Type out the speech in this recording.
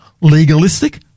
legalistic